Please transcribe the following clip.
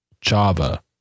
Java